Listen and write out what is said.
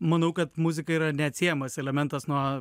manau kad muzika yra neatsiejamas elementas nuo